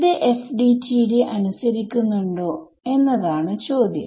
ഇത് FDTD അനുസരിക്കുന്നുണ്ടോ എന്നതാണ് ചോദ്യം